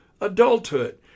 adulthood